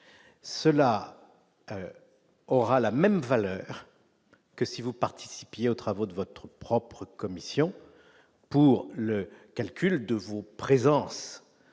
cela aura la même valeur que si vous participiez aux travaux de votre propre commission pour le calcul de votre présence